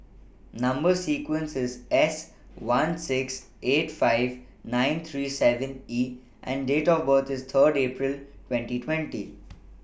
Number sequence IS S one six eight five nine three seven E and Date of birth IS Third April twenty twenty